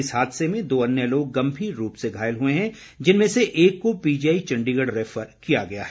इस हादसे में दो अन्य लोग गंभीर रूप से घायल हुए है जिनमें से एक को पीजीआई चंडीगढ़ रैफर किया गया है